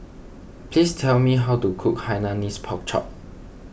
please tell me how to cook Hainanese Pork Chop